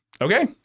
Okay